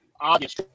obvious